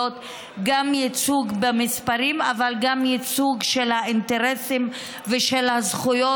גם ייצוג במספרים אבל גם ייצוג של האינטרסים ושל הזכויות,